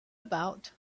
about